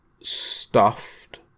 stuffed